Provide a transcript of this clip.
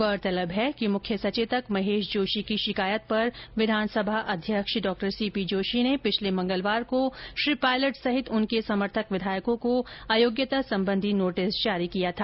गौरतलब है कि मुख्य सचेतक महेश जोशी की शिकायत पर विधानसभा अध्यक्ष ने पिछले मंगलवार को श्री पायलट सहित उनके समर्थक विधायकों को अयोग्यता संबंधी नोटिस जारी किया था